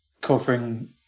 covering